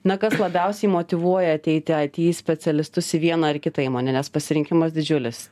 na kas labiausiai motyvuoja ateiti aity specialistus į vieną ar į kitą įmonę nes pasirinkimas didžiulis